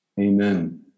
Amen